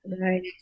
Right